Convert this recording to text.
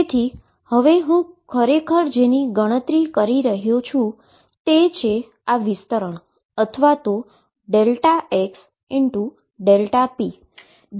તેથી હું ખરેખર જેની ગણતરી કરી રહ્યો છું તે છે આ વિસ્તરણ અથવા x p